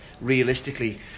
realistically